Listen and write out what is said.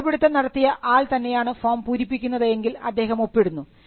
കണ്ടുപിടുത്തം നടത്തിയ ആൾ തന്നെയാണ് ഫോം പൂരിപ്പിക്കുന്നത് എങ്കിൽ അദ്ദേഹം ഒപ്പിടുന്നു